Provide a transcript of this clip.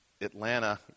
Atlanta